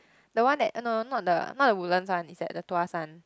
the one that uh no no not the not the Woodlands one it's at the Tuas one